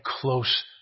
close